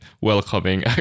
welcoming